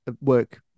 work